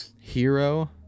Hero